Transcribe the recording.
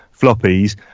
floppies